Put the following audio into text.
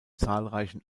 zahlreichen